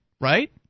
right